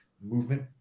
movement